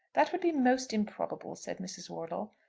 that would be most improbable, said mrs. wortle.